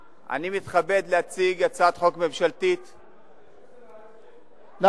על סדר-היום הצעת חוק התקשורת (תיקון מס' 33). בבקשה,